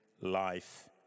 life